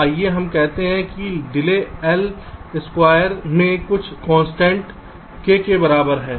तो आइए हम कहते हैं कि डिले L स्क्वायर में कुछ कांस्टेंट k के बराबर है